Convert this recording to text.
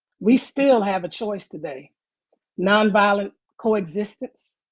we still have a choice today nonviolent coexistence,